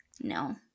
No